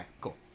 cool